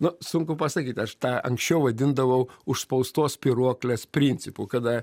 nu sunku pasakyt aš tą anksčiau vadindavau užspaustos spyruoklės principu kada